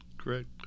correct